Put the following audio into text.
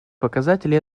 показатели